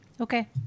okay